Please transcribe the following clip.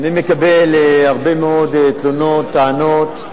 אני מקבל הרבה מאוד תלונות, טענות,